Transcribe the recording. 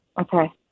Okay